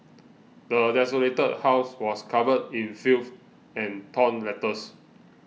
the desolated house was covered in filth and torn letters